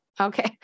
okay